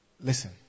Listen